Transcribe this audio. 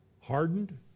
hardened